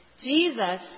Jesus